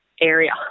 area